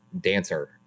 dancer